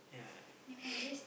yeah